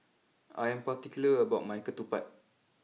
I am particular about my Ketupat